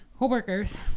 Coworkers